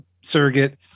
surrogate